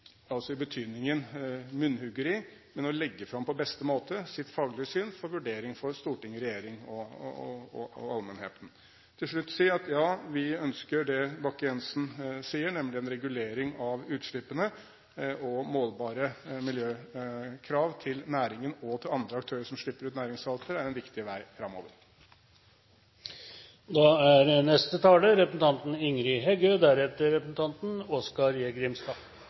betydningen munnhuggeri, men på beste måte å legge fram sitt faglige syn for vurdering for storting, regjering og allmennheten. Jeg vil til slutt si: Ja, vi ønsker det Bakke-Jensen sier, og en regulering av utslippene og målbare miljøkrav til næringen og til andre aktører som slipper ut næringssalter, er en viktig vei framover. Oppdrettslaksen er